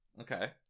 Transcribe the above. Okay